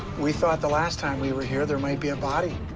we thought the last time we were here there might be a body.